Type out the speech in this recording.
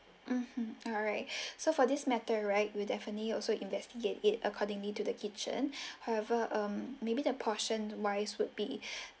mmhmm alright so for this matter right we will definitely also investigate it accordingly to the kitchen however um maybe the portion wise would be